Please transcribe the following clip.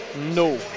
no